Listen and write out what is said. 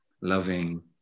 loving